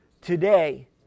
Today